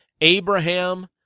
Abraham